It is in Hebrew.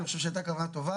אני חושב שכוונה טובה.